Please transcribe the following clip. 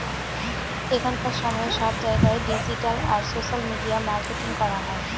এখনকার সময়ে সব জায়গায় ডিজিটাল আর সোশ্যাল মিডিয়া মার্কেটিং করা হয়